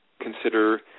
consider